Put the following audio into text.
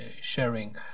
sharing